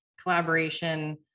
collaboration